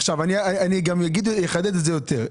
עכשיו, אני גם אגיד, אחדד את זה יותר.